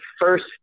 first